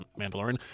mandalorian